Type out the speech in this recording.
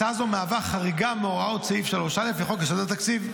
הצעה זו מהווה חריגה מהוראת סעיף 3א לחוק יסודות התקציב,